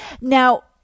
Now